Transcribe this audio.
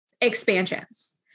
expansions